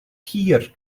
hir